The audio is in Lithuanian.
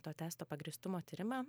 to testo pagrįstumo tyrimą